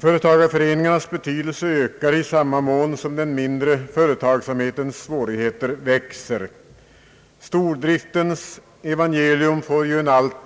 Företagareföreningarnas betydelse ökar i samma mån som den mindre företagsamhetens svårigheter växer. Stordriftens evangelium får ju en allt